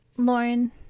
Lauren